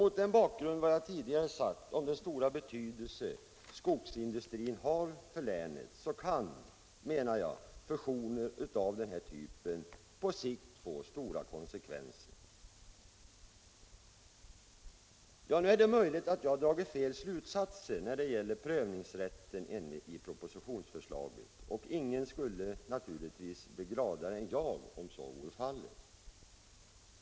Mot bakgrund av vad jag tidigare sagt om den stora betydelse skogsindustrin har för länet menar jag att fusioner av den här typen på sikt kan få svåra konsekvenser. Nu är det möjligt att jag har dragit fel slutsatser när det gäller prövningsrätten enligt propositionsförslaget, och ingen skulle naturligtvis bli gladare än jag, om så vore fallet.